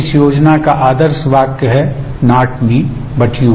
इस योजना का आदर्श वाक्य है नॉट मी बट यू